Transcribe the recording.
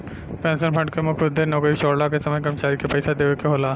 pension fund के मुख्य उद्देश्य नौकरी छोड़ला के समय कर्मचारी के पइसा देवेके होला